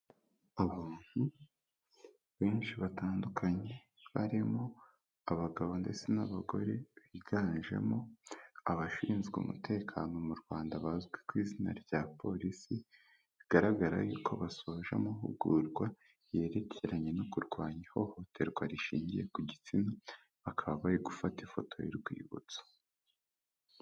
Abantu benshi batandukanye, barimo abagabo ndetse n'abagore, biganjemo abashinzwe umutekano mu Rwanda bazwi ku izina rya polisi, bigaragara yuko basoje amahugurwa yerekeranye no kurwanya ihohoterwa rishingiye ku gitsina, bakaba bari gufata ifoto y'urwibutso.